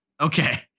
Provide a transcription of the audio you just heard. okay